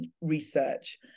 research